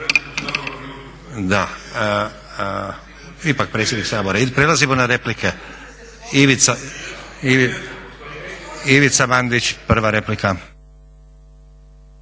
njima ne date. Prelazimo na replike. Ivica Mandić, prva replika.